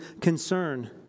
concern